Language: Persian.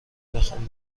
میخام